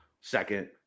second